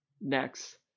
next